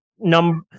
Number